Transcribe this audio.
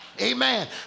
Amen